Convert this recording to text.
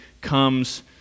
comes